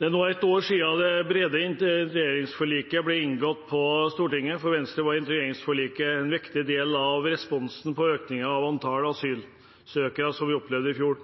Det er nå ett år siden det brede integreringsforliket ble inngått på Stortinget. For Venstre var integreringsforliket en viktig del av responsen på økningen i antall asylsøkere som vi opplevde i fjor.